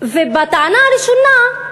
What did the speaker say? בטענה הראשונה,